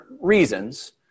reasons